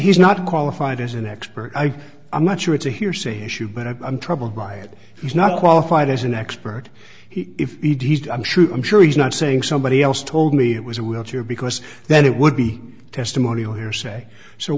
he's not qualified as an expert i'm not sure it's a hearsay issue but i'm troubled by it he's not qualified as an expert if i'm sure i'm sure he's not saying somebody else told me it was a wheelchair because then it would be testimonial hearsay so